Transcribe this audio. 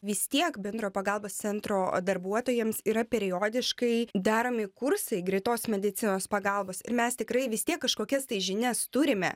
vis tiek bendrojo pagalbos centro darbuotojams yra periodiškai daromi kursai greitos medicinos pagalbos ir mes tikrai vis tiek kažkokias tai žinias turime